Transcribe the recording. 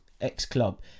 ex-club